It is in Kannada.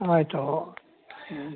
ಆಯಿತೋ ಹ್ಞೂ